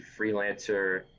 freelancer